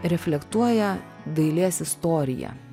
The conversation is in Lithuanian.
reflektuoja dailės istoriją